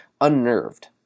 unnerved